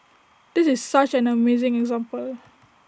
this is such an amazing example